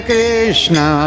Krishna